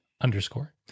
underscore